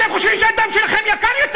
אתם חושבים שהדם שלכם יקר יותר.